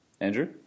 Andrew